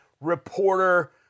reporter